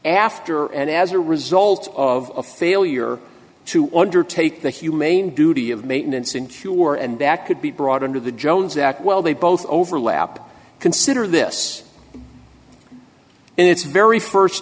after and as a result of a failure to undertake the humane duty of maintenance and sure and that could be brought under the jones act well they both overlap consider this and it's very first